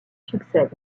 succèdent